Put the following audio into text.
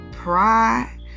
pride